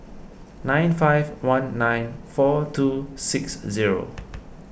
nine five one nine four two six zero